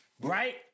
right